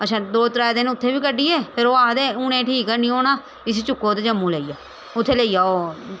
अच्छा दो त्रै दिन उत्थै बी कड्ढियै फिर ओह् आखदे हून एह् ठीक हैनी होना इसी चुक्को ते जम्मू लेई जाओ उत्थै लेई जाओ